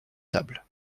table